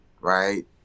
right